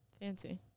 Fancy